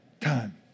time